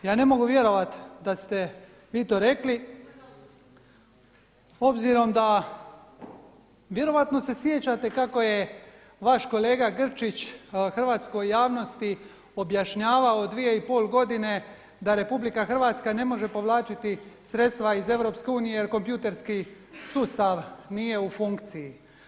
Ja ne mogu vjerovati da ste vi to rekli obzirom da vjerojatno se sjećate kako je vaš kolega Grčić hrvatskoj javnosti objašnjavao 2,5 godine da RH ne može povlačiti sredstva iz EU jer kompjuterski sustav nije u funkciji.